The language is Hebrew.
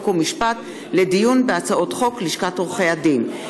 חוק ומשפט לדיון בהצעות חוק לשכת עורכי הדין.